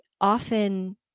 often